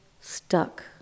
stuck